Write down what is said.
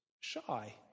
Shy